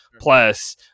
plus